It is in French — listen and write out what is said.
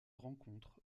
rencontre